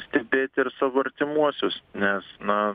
stebėti ir savo artimuosius nes na